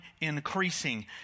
increasing